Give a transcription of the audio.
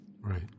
Right